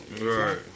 Right